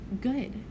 good